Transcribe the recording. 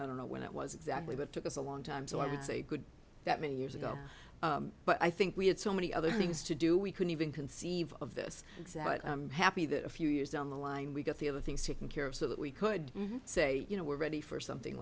i don't know when it was exactly but took us a long time so i would say good that many years ago but i think we had so many other things to do we couldn't even conceive of this exam but i'm happy that a few years down the line we got the other things taken care of so that we could say you know we're ready for something